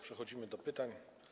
Przechodzimy do pytań.